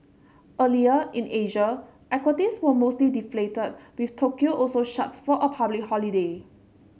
earlier in Asia equities were mostly deflated with Tokyo also shut for a public holiday